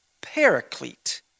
Paraclete